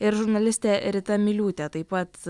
ir žurnalistė rita miliūtė taip pat